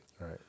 Right